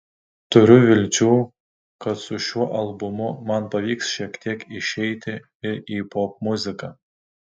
turiu vilčių kad su šiuo albumu man pavyks šiek tiek išeiti ir į popmuziką